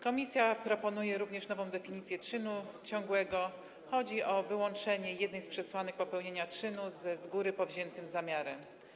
Komisja proponuje również nową definicję czynu ciągłego - chodzi o wyłączenie jednej z przesłanek popełnienia czynu ze z góry powziętym zamiarem.